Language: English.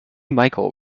michael